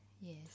yes